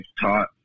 taught